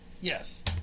Yes